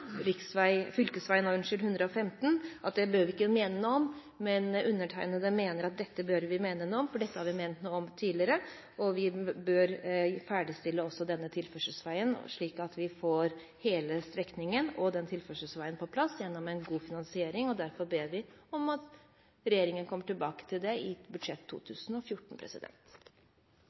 og finansiering av fv. 115. Men undertegnede mener at det bør vi mene noe om, for det har vi ment noe om tidligere. Vi bør også ferdigstille denne tilførselsveien, slik at vi får hele strekningen og den tilførselsveien på plass gjennom en god finansiering. Derfor ber vi om at regjeringen kommer tilbake til det i budsjettet for 2014.